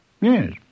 Yes